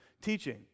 teaching